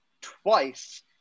twice